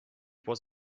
was